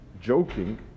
Joking